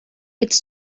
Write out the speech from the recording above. it’s